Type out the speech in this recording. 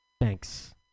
Thanks